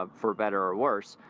ah for better or worse.